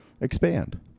expand